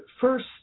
first